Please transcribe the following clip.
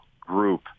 group